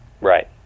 Right